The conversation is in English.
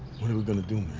what are we going to do,